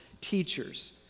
teachers